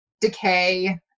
decay